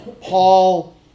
Paul